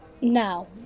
Now